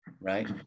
right